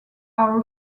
are